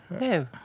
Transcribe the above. No